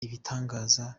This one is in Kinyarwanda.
ibitangaza